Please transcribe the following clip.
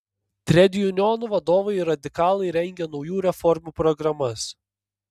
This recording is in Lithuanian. tredjunionų vadovai ir radikalai rengė naujų reformų programas